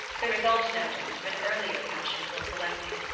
the result, no doubt, of an earlier passion for collecting.